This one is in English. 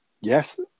yes